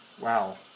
Wow